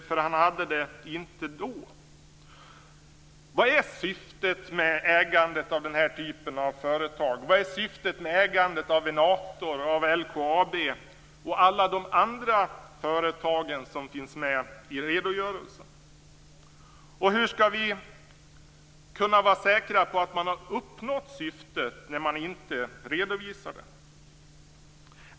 Det hade han nämligen inte då. Vilket är syftet med ägandet av den här typen av företag - av Enator, LKAB och alla de andra företag som finns med i redogörelsen? Hur skall vi kunna vara säkra på att man har uppnått syftet när man inte redovisar det?